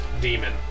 demon